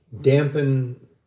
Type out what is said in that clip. dampen